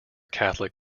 catholic